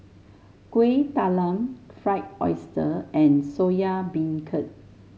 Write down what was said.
Kuih Talam Fried Oyster and Soya Beancurd